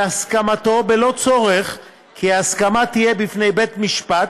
בהסכמתו, בלא צורך שההסכמה תהיה בפני בית משפט.